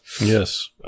Yes